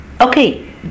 okay